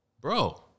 bro